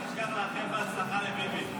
אל תשכח לאחל בהצלחה לביבי,